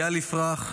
אייל יפרח,